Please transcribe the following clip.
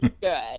good